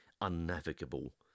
unnavigable